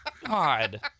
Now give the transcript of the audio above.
God